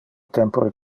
tempore